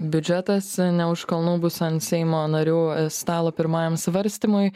biudžetas ne už kalnų bus ant seimo narių stalo pirmajam svarstymui